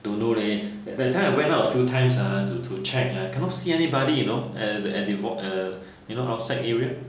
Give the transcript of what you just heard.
don't know leh that time I went out a few times ah to to check ha cannot see anybody you know err at the po~ err you know outside area